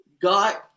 God